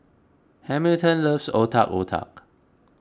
Hamilton loves Otak Otak